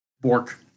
Bork